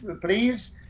please